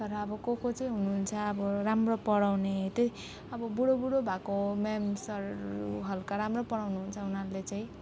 तर अब को को चाहिँ हुनुहुन्छ अब राम्रो पढाउने त्यही अब बुढो बुढो भएको म्याम सरहरू हल्का राम्रो पढाउनु हुन्छ उनीहरूले चाहिँ